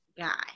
guy